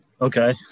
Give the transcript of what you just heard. Okay